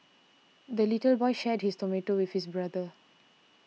the little boy shared his tomato with his brother